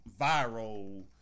viral